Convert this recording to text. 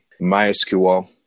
MySQL